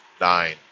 nine